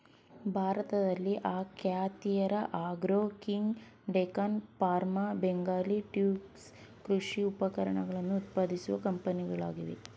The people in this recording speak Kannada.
ಭಾರತದಲ್ಲಿ Akhatiyar agro king, Deccan farm, Bengal tools ಕೃಷಿ ಉಪಕರಣಗಳನ್ನು ಉತ್ಪಾದಿಸುವ ಕಂಪನಿಗಳಾಗಿವೆ